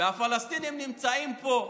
והפלסטינים נמצאים פה,